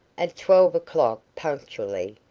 at twelve o'clock punctually,